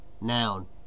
Noun